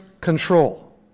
control